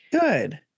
good